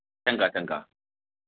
चंगा चंगा